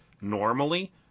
normally